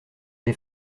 les